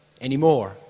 anymore